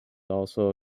also